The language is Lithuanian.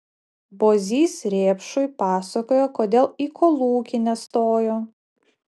bozys rėpšui pasakojo kodėl į kolūkį nestojo